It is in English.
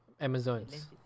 Amazons